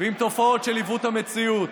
ועם תופעות של עיוות המציאות,